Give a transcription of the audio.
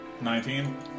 Nineteen